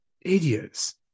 idiots